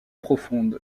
profonde